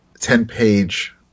ten-page